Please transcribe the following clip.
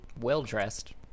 well-dressed